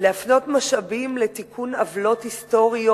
להפנות משאבים לתיקון עוולות היסטוריות.